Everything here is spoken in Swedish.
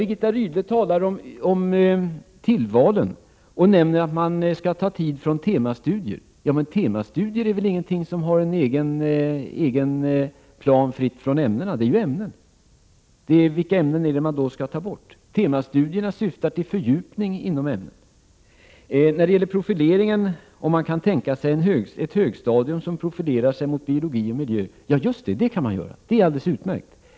Birgitta Rydle talar om tillvalen och säger att man kan ta tid från temastudier. Men temastudier har inte en egen plan fri från ämnena — det är ju ämnen. Vilka ämnen skall då tas bort? Temastudierna syftar till en fördjupning inom ämnena. När det gäller profileringen ställdes frågan om jag kan tänka mig ett högstadium som profilerar sig mot biologi och miljö. Ja, det kan jag tänka mig — det är alldeles utmärkt.